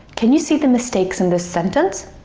can you see the mistake so in this sentence?